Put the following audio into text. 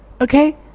Okay